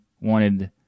wanted